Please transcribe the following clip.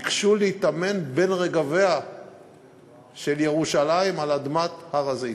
ביקשו להיטמן בין רגביה של ירושלים על אדמת הר-הזיתים.